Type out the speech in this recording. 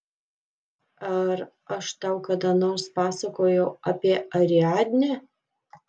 ar aš tau kada nors pasakojau apie ariadnę